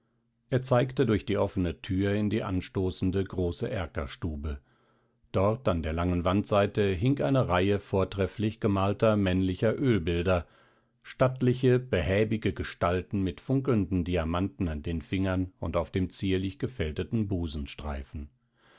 er zeigte durch die offene thür in die anstoßende große erkerstube dort an der langen wandseite hing eine reihe vortrefflich gemalter männlicher oelbilder stattliche behäbige gestalten mit funkelnden diamanten an den fingern und auf dem zierlich gefältelten